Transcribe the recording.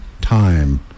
time